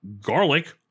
garlic